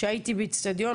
הייתי באצטדיון,